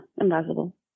impossible